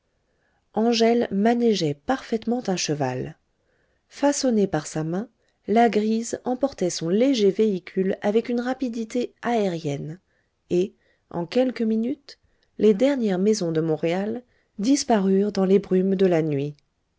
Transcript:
angèle manégeait parfaitement un cheval façonnée sa main la grise emportait son léger véhicule avec une rapidité aérienne et en quelques minutes les dernières maisons de montréal disparurent dans les brumes de la nuit